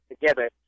together